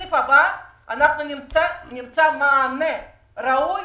בתקציב הבא, אנחנו נמצא מענה ראוי